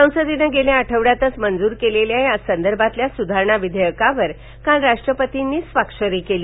संसदेने गेल्या आठवड्यातच मंजूर केलेल्या यासंदर्भातील सुधारणा विधेयकावर काल राष्ट्रपतींनी स्वाक्षरी केली